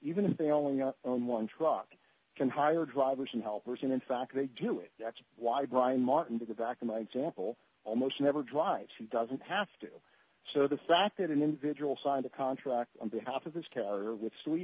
even if they only on one truck can hire drivers and helpers and in fact they do it that's why brian martin to get back to my example almost never drives who doesn't have to so the fact that an individual signed a contract on behalf of this carrier with sweet